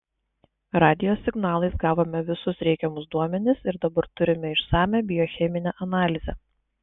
radijo signalais gavome visus reikiamus duomenis ir dabar turime išsamią biocheminę analizę